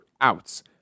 outs